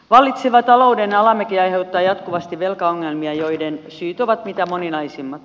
vallitseva talouden alamäki aiheuttaa jatkuvasti velkaongelmia joiden syyt ovat mitä moninaisimmat